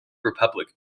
republic